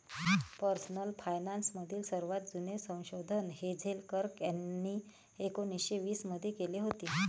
personal finance मधील सर्वात जुने संशोधन हेझेल कर्क यांनी एकोन्निस्से वीस मध्ये केले होते